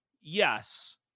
Yes